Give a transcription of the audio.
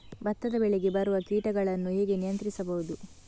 ಭತ್ತದ ಬೆಳೆಗೆ ಬರುವ ಕೀಟಗಳನ್ನು ಹೇಗೆ ನಿಯಂತ್ರಿಸಬಹುದು?